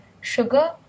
sugar